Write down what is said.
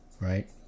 Right